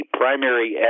primary